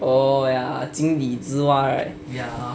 orh ya 井底之蛙 right